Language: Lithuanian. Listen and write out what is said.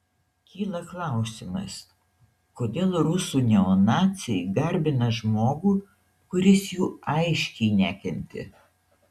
kyla klausimas kodėl rusų neonaciai garbina žmogų kuris jų aiškiai nekentė